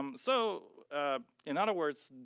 um so in other words,